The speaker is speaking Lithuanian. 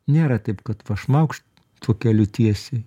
nėra taip kadva šmaukšt tuo keliu tiesiai